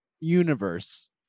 universe